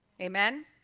Amen